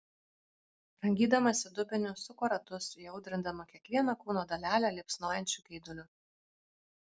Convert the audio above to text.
rangydamasi dubeniu suko ratus įaudrindama kiekvieną kūno dalelę liepsnojančiu geiduliu